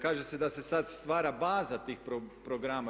Kaže se da se sad stvara baza tih programa.